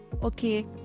Okay